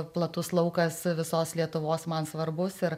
platus laukas visos lietuvos man svarbus ir